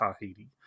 tahiti